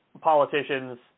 politicians